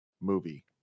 movie